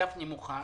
גפני מוכן.